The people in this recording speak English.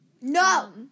no